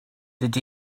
that